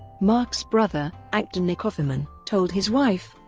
mark's brother, actor nick offerman, told his wife,